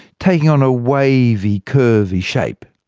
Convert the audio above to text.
taking on a wavy curvy shape.